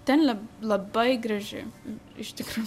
ten labai graži iš tikrųjų